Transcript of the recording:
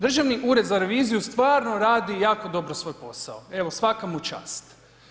Državni ured za reviziju stvarno radi jako dobro svoj posao, evo, svaka mu čast.